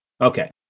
Okay